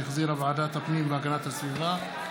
שהחזירה ועדת הפנים והגנת הסביבה,